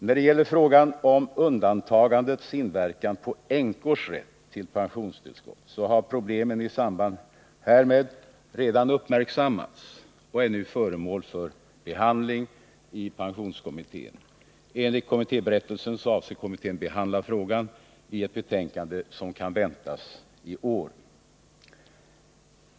När det gäller frågan om undantagandets inverkan på änkors rätt till pensionstillskott har problemen i samband härmed redan uppmärksammats och är nu föremål för behandling i pensionskommittén. Enligt kommittéberättelsen avser kommittén att behandla frågan i ett betänkande som kan väntas i år.